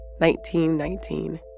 1919